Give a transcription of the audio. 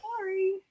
Sorry